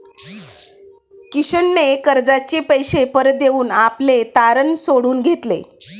किशनने कर्जाचे पैसे परत देऊन आपले तारण सोडवून घेतले